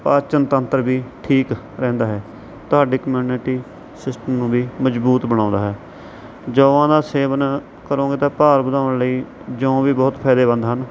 ਪਾਚਨ ਤੰਤਰ ਵੀ ਠੀਕ ਰਹਿੰਦਾ ਹੈ ਤੁਹਾਡੀ ਕਮਿਊਨਟੀ ਸਿਸਟਮ ਨੂੰ ਵੀ ਮਜ਼ਬੂਤ ਬਣਾਉਂਦਾ ਹੈ ਜੌਂਆਂ ਦਾ ਸੇਵਨ ਕਰੋਗੇ ਤਾਂ ਭਾਰ ਵਧਾਉਣ ਲਈ ਜੌਂ ਵੀ ਬਹੁਤ ਫਾਇਦੇਮੰਦ ਹਨ